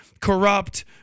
Corrupt